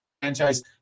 franchise